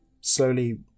slowly